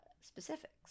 specifics